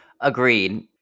Agreed